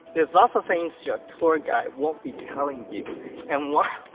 is lots of things your tour ah guide won't be telling you and one